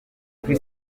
kuri